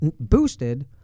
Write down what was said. boosted